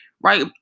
right